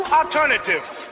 alternatives